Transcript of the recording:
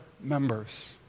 members